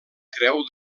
creu